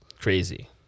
Crazy